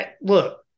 Look